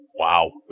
Wow